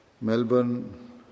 Melbourne